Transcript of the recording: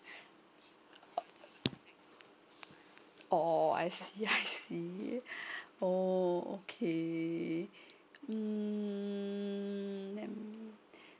oh I see I see oh okay mm ne~